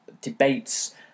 debates